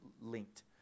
linked